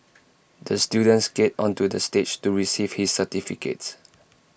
the student skated onto the stage to receive his certificate